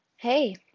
hey